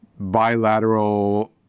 Bilateral